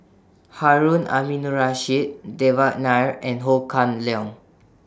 Harun Aminurrashid Devan Nair and Ho Kah Leong